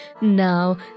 Now